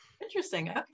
Interesting